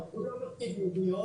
הוא לא משיג עדויות,